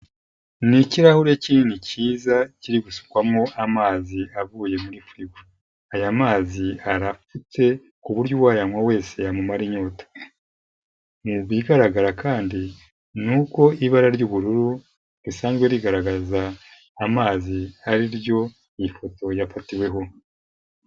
Ni ikirahure kinini cyiza kiri gusukwamo amazi avuye muri firigo. Aya mazi arapfutse ku buryo uwanywa wese yamumara inyota. Ibigaragara kandi ni uko ibara ry'ubururu risanzwe rigaragaza amazi, ari ryo iyi foto yafatiweho.